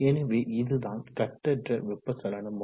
எனவே இதுதான் கட்டற்ற வெப்ப சலன முறை